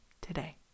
today